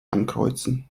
ankreuzen